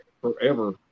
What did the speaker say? forever